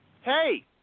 Hey